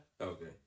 Okay